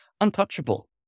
untouchable